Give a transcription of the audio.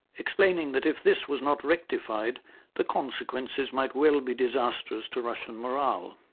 explaining that if this was not rectified the consequences might well be disastrous to russian morale.